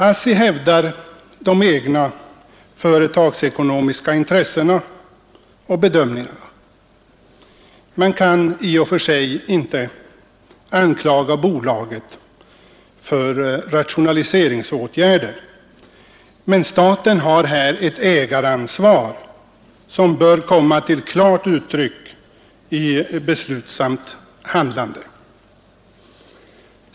ASSI hävdar de egna företagsekonomiska intressena och bedömningarna. Man kan i och för sig inte anklaga bolaget för rationaliseringsåtgärder, men staten har här ett ägaransvar som bör komma till klart uttryck i beslutsamt handlande.